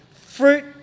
fruit